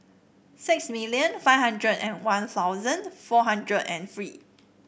six million five hundred and One Thousand four hundred and three